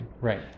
Right